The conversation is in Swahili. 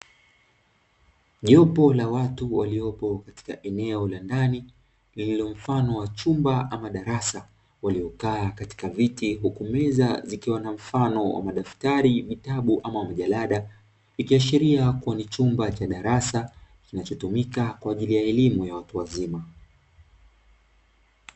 Jopo la watu waliopo katika eneo la ndani lililo mfano wa chumba ama darasa waliokaa katika viti huku meza zikiwa na mfano wa madaftari, vitabu ama majalada, ikiashiria kuwa ni chumba cha darasa kinachotumika kwa ajili ya elimu ya watu wazima.